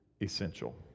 essential